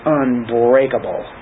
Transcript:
unbreakable